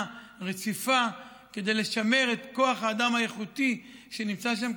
רציפה כדי לשמר את כוח האדם האיכותי שנמצא שם,